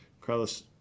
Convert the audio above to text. Carlos